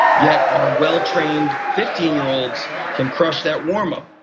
yet our well trained fifteen year olds can crush that warm up.